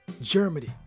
Germany